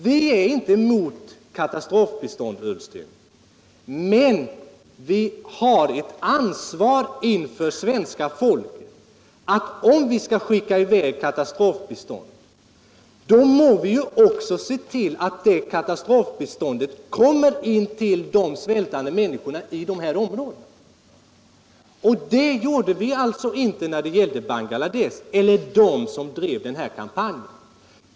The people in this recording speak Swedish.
Vi är inte emot katastrofbistånd, herr Ullsten, men vi har ett ansvar inför svenska folket att se till att det katastrofbistånd vi skickar också kommer till de svältande människorna i de här områdena. Detta gjorde alltså inte de som drev kampanjen när det gällde Bangladesh.